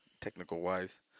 technical-wise